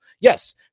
yes